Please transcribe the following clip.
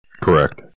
correct